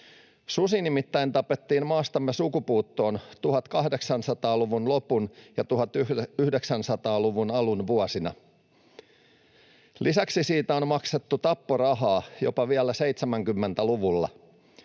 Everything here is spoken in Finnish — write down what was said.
Susi nimittäin tapettiin maastamme sukupuuttoon 1800-luvun lopun ja 1900-luvun alun vuosina. Lisäksi siitä on maksettu tapporahaa jopa vielä 70-luvulla.